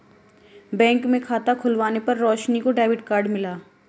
bank में खाता खुलवाने पर रोशनी को डेबिट कार्ड मिला